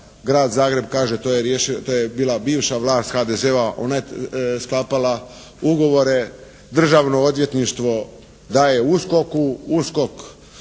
Grad Zagreb kaže, to je bila bivša vlast, HDZ-ova, ona je sklapala ugovore, Državno odvjetništvo daje USKOK-u, USKOK